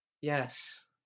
Yes